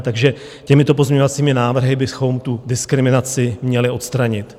Takže těmito pozměňovacími návrhy bychom tu diskriminaci měli odstranit.